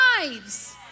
lives